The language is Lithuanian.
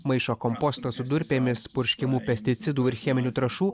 maišą komposto su durpėmis purškiamų pesticidų ir cheminių trąšų